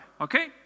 Okay